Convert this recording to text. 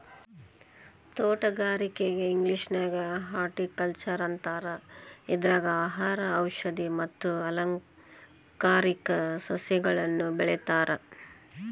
ತೋಟಗಾರಿಕೆಗೆ ಇಂಗ್ಲೇಷನ್ಯಾಗ ಹಾರ್ಟಿಕಲ್ಟ್ನರ್ ಅಂತಾರ, ಇದ್ರಾಗ ಆಹಾರ, ಔಷದಿ ಮತ್ತ ಅಲಂಕಾರಿಕ ಸಸಿಗಳನ್ನ ಬೆಳೇತಾರ